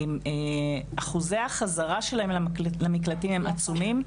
אחוזי החזרה של נשים במקלטים למקלטים הם עצומים,